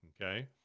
Okay